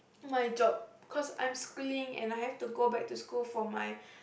my job cause I'm schooling and I have to go back to school for my